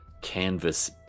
canvas